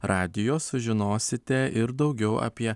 radijo sužinosite ir daugiau apie